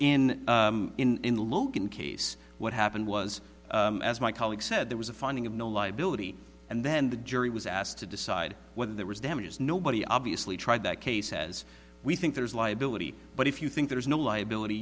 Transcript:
in logan case what happened was as my colleague said there was a finding of no liability and then the jury was asked to decide whether there was damages nobody obviously tried that case says we think there is liability but if you think there is no liability